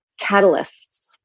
catalysts